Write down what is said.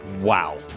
Wow